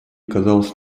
казалось